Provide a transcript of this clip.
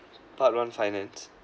part one finance